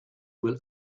will